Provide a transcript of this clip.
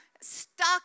stuck